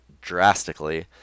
drastically